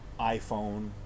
iPhone